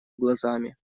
глазами